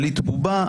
שליט בובה,